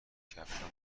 کفشها